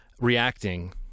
reacting